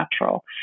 natural